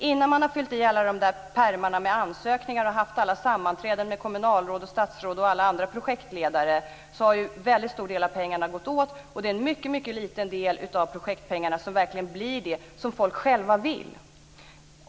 Innan man har fyllt i alla pärmar med ansökningar och haft alla sammanträden med kommunalråd, statsråd och alla andra projektledare har en stor del av pengarna gått åt. Det är en mycket liten del av projektpengarna som verkligen går till det som människor själva vill.